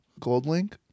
Goldlink